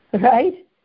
right